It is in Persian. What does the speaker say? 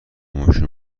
ماشین